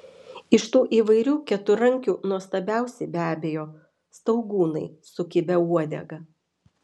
iš tų įvairių keturrankių nuostabiausi be abejo staugūnai su kibia uodega